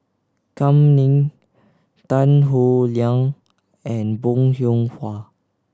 Kam Ning Tan Howe Liang and Bong Hiong Hwa